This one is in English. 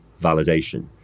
validation